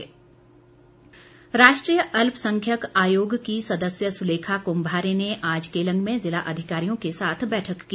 बैठक राष्ट्रीय अल्पसंख्यक आयोग के सदस्य सुलेखा कुम्मारे ने आज केलंग में जिला अधिकारियों के साथ बैठक की